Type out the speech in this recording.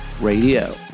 Radio